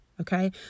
Okay